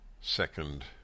second